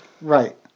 Right